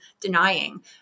denying